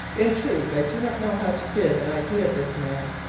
in truth, i do not know how to give an idea of this man!